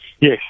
Yes